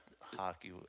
hockey